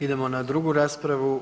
Idemo na drugu raspravu.